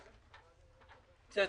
בסדר.